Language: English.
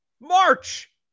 March